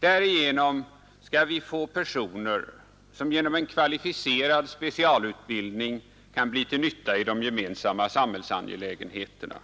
Därigenom skall vi få personer som genom en kvalificerad specialutbildning kan bli till nytta i de gemensamma samhällsangelägenheterna.